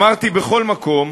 אמרתי בכל מקום,